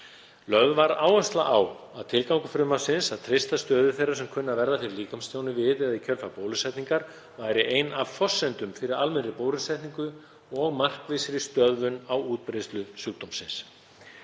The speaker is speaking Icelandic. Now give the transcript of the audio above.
Lögð var áhersla á að tilgangur frumvarpsins, að treysta stöðu þeirra sem kunna að verða fyrir líkamstjóni við eða í kjölfar bólusetningar, væri ein af forsendum fyrir almennri bólusetningu og markvissri stöðvun á útbreiðslu sjúkdómsins.